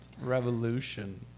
Revolution